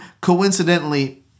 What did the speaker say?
coincidentally